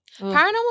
Paranormal